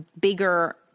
bigger